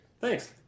thanks